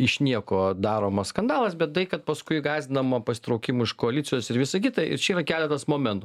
iš nieko daromas skandalas bet tai kad paskui gąsdinama pasitraukimu iš koalicijos ir visa kita ir čia yra keletas momentų